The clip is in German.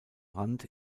rand